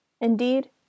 Indeed